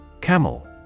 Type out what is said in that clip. Camel